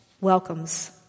welcomes